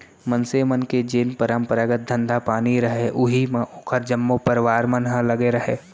मनसे मन के जेन परपंरागत धंधा पानी रहय उही म ओखर जम्मो परवार मन ह लगे रहय